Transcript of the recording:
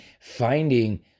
finding